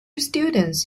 students